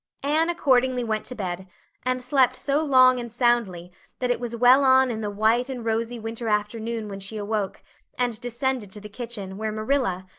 anne accordingly went to bed and slept so long and soundly that it was well on in the white and rosy winter afternoon when she awoke and descended to the kitchen where marilla,